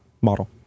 model